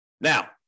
Now